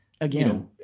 again